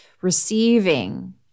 receiving